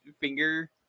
finger